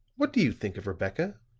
what do you think of rebecca?